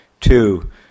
Two